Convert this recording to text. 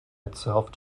itself